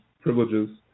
privileges